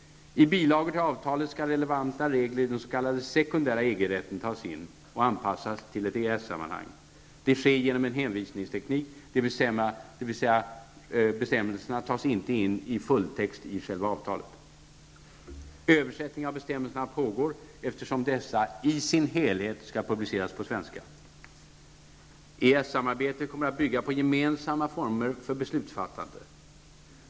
I bilagor till avtalet skall relevanta regler i den s.k. sekundära EG-rätten tas in och anpassas till ett EES-sammanhang. Det sker genom en hänvisningsteknik, dvs. bestämmelserna tas inte in i fulltext i själva avtalet. -- Översättning av bestämmelserna pågår, eftersom dessa i sin helhet skall publiceras på svenska. -- EES-samarbetet kommer att bygga på gemensamma former för beslutsfattande.